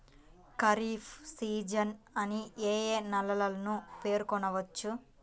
Kharif season అని ఏ ఏ నెలలను పేర్కొనవచ్చు?